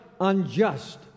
unjust